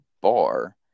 bar